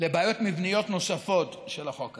לבעיות מבניות נוספות של החוק הזה.